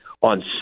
on